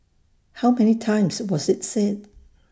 how many times was IT said